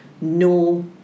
no